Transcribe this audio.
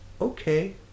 okay